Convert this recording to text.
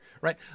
right